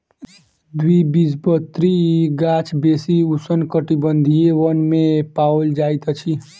द्विबीजपत्री गाछ बेसी उष्णकटिबंधीय वन में पाओल जाइत अछि